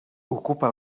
ocupa